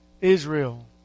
Israel